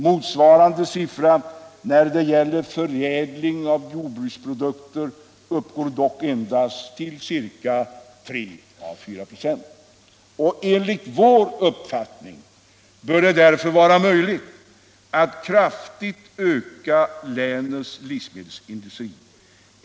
Motsvarande siffra när det gäller förädling av jordbruksprodukter uppgår dock endast till 3—4 96. Enligt vår uppfattning bör det därför vara möjligt att kraftigt öka länets livsmedelsindustri.